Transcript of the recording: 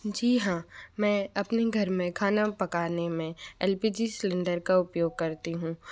जी हाँ मैं अपने घर में खाना पकाने में एल पी जी सिलेंडर का उपयोग करती हूँ